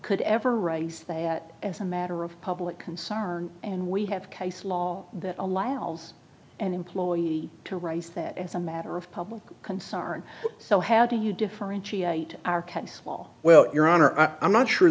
could ever raise that as a matter of public concern and we have case law that allows an employee to raise that as a matter of public concern so how do you differentiate are kept small well your honor i'm not sure